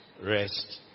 rest